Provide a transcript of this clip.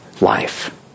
life